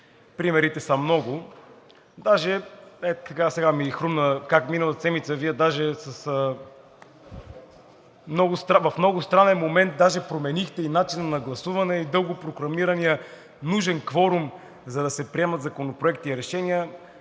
седмица Вие в много странен момент даже променихте и начина на гласуване, и дългопрокламирания нужен кворум, за да се приемат законопроекти и решения.